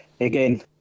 again